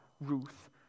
Ruth